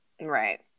Right